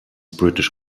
british